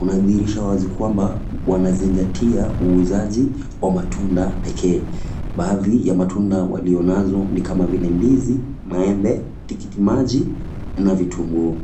unadhihirisha wazi kwamba wanazingatia uuzaji kwa matunda pekee. Baadhi ya matunda waliyo nazo ni kama vile ndizi, maembe, tikiti maji, na vitunguu.